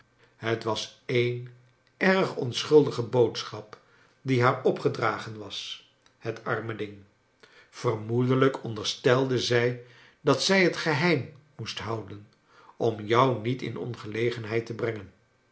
het was een erg onschuldige boodsohap die haar opgedragen was het arme ding vermoedelijk onderstelde zij dat zij het geheim moest houden om jou niet in ongelegenheid te brengen